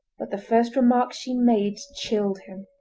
but the first remark she made chilled him.